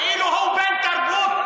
כאילו הוא בן תרבות,